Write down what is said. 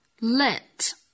let